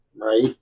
right